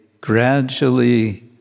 gradually